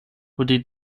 wurde